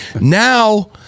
Now